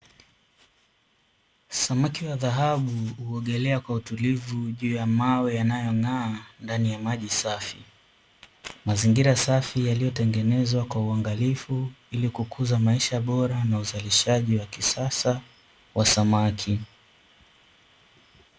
Samaki wa dhahabu huogelea kwa utulivu juu ya mawe yanayong’aa ndani ya maji safi. mazingira safi hutengenezwa kwa uangalifu ili kukuza maisha bora na uzalishaji wa kisasa wa samaki.